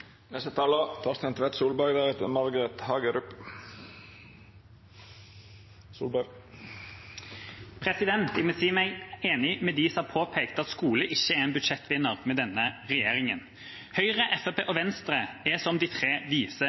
Jeg må si meg enig med dem som har påpekt at skolen ikke er en budsjettvinner med denne regjeringen. Høyre, Fremskrittspartiet og Venstre er som de tre